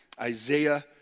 Isaiah